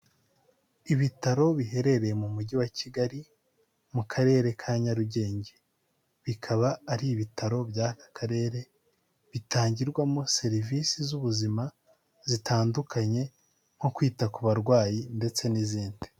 Ibitaro biherereye mu mujyi wa Kigali, mu karere ka Nyarugenge, bikaba ari ibitaro by'aka karere, bitangirwamo serivisi z'ubuzima zitandukanye nko kwita ku barwayi ndetse n'izindi.